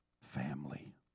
family